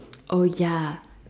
oh ya